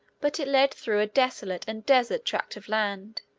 but it led through a desolate and desert tract of land,